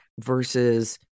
versus